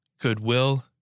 goodwill